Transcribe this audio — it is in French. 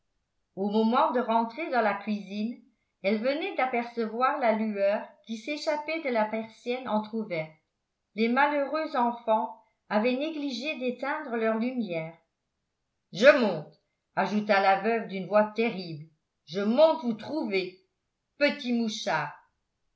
au moment de rentrer dans la cuisine elle venait d'apercevoir la lueur qui s'échappait de la persienne entr'ouverte les malheureux enfants avaient négligé d'éteindre leur lumière je monte ajouta la veuve d'une voix terrible je monte vous trouver petits mouchards